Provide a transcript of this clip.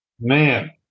Man